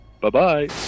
Bye-bye